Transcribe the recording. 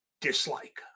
Dislike